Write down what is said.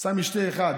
עשה משתה אחד